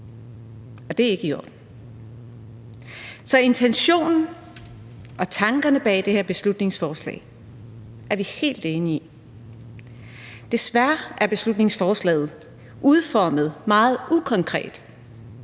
og det er ikke i orden. Så intentionen og tankerne bag det her beslutningsforslag er vi helt enige i. Desværre er beslutningsforslaget udformet meget ukonkret.